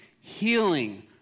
healing